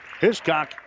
Hiscock